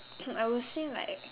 I will say like